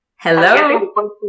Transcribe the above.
hello